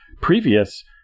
previous